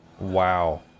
Wow